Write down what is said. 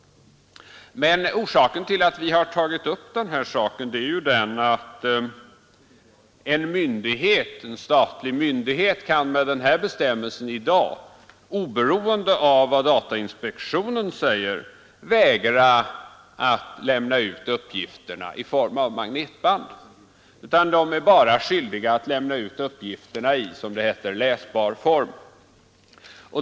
Men orsaken till att vi har tagit upp den här saken är ju att en statlig myndighet med denna bestämmelse i dag, oberoende av vad datainspektionen säger, kan vägra att lämna ut uppgifterna i form av magnetband. Myndigheterna är bara skyldiga att lämna ut uppgifterna i, som det heter, läsbar form.